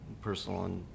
personal